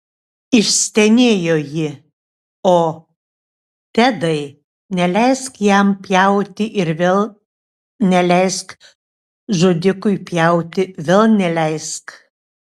išstenėjo ji o tedai neleisk jam pjauti ir vėl neleisk žudikui pjauti vėl neleisk